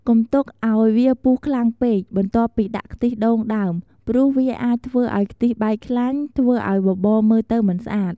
កុំទុកឱ្យវាពុះខ្លាំងពេកបន្ទាប់ពីដាក់ខ្ទិះដូងដើម ព្រោះវាអាចធ្វើឱ្យខ្ទិះបែកខ្លាញ់ ធ្វើឱ្យបបរមើលទៅមិនស្អាត។